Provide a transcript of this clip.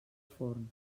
forn